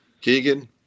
Keegan